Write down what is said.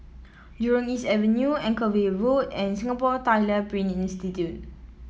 Jurong East Avenue Anchorvale Road and Singapore Tyler Print Institute